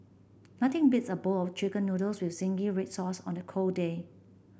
nothing beats a bowl of chicken noodles with zingy red sauce on a cold day